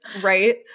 right